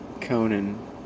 Conan